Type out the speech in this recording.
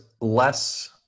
less